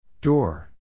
Door